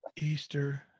easter